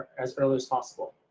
as early as possible.